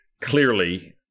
clearly